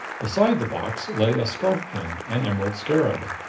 beside the box lay a scarf-pin an emerald scarab.